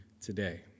today